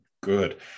good